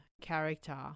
character